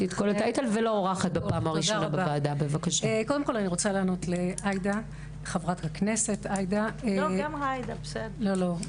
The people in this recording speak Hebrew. קודם כל אני רוצה לענות לחברת הכנסת עאידה, שהיא